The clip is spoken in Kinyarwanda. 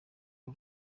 uru